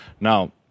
now